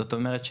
זאת אומרת,